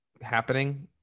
happening